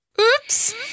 Oops